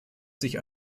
sich